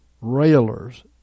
railers